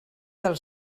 del